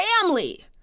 family